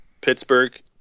Pittsburgh